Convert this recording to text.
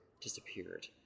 disappeared